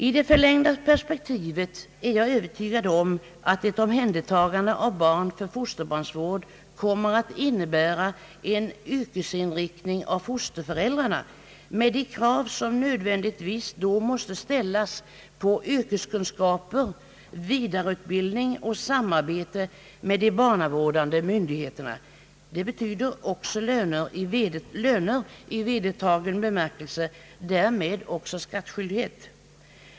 I det förlängda perspektivet är jag övertygad om att ett omhändertagande av barn för fosterbarnsvård kommer att innebära en yrkesinriktning av fosterföräldrarna, med de krav som nödvändigtvis då måste ställas på yrkeskunskaper, vidareutbildning och samarbete med de barnavårdande myndigheterna. Det betyder också löner i vedertagen bemärkelse, därmed också skattskyldighet.